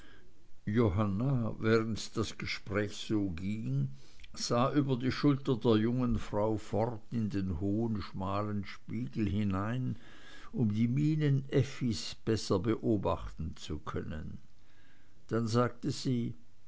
johanna während das gespräch so ging sah über die schulter der jungen frau fort in den hohen schmalen spiegel hinein um die mienen effis besser beobachten zu können dann sagte sie